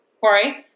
Corey